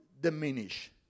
diminish